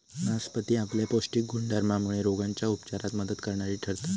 नासपती आपल्या पौष्टिक गुणधर्मामुळे रोगांच्या उपचारात मदत करणारी ठरता